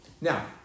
Now